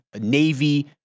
navy